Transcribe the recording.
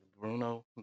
bruno